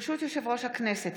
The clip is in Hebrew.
ברשות יושב-ראש הכנסת,